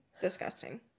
Disgusting